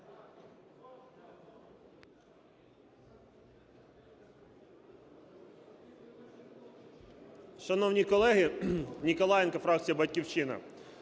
Шановні колеги! Ніколаєнко, фракція "Батьківщина".